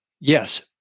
Yes